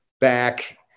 back